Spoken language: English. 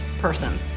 person